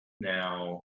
now